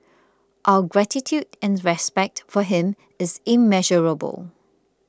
our gratitude and respect for him is immeasurable